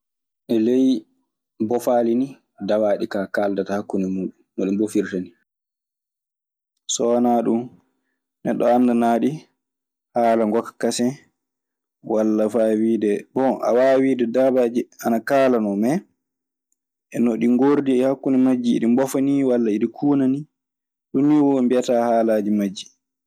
E ley boffaali nii dawaaɗi ka kaaldata hakkunde muuɗum, no ɗii mboffirtani. So wanaa ɗun, neɗɗo anndanaa ɗi haala ngokka kasen, walla faa wiide- Bon a waawa wiide daabaaji ana kaala non. Me, no ɗi ngoordi e hakkunde majji iɗi mbafa nii, iɗi kuuna nii. Ɗun nii mbiyataa woni mbiyataa haalaaji majji.